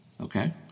Okay